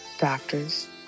doctors